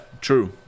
true